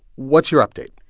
what's your update?